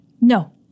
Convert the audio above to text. No